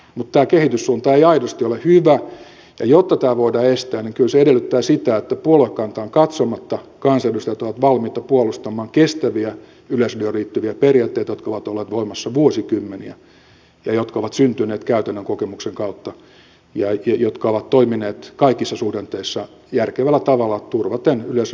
tämä kehityssuunta ei aidosti ole hyvä ja jotta tämä voidaan estää niin kyllä se edellyttää sitä että puoluekantaan katsomatta kansanedustajat ovat valmiita puolustamaan kestäviä yleisradioon liittyviä periaatteita jotka ovat olleet voimassa vuosikymmeniä jotka ovat syntyneet käytännön kokemuksen kautta ja jotka ovat toimineet kaikissa suhdanteissa järkevällä tavalla turvaten yleisradion toiminnan uskottavuuden